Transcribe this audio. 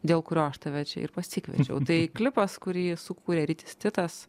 dėl kurio aš tave čia ir pasikviečiau tai klipas kurį sukūrė rytis titas